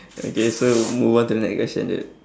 okay so move on to the next question